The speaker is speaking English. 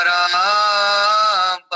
Ram